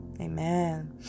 Amen